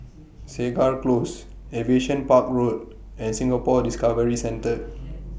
Segar Close Aviation Park Road and Singapore Discovery Centre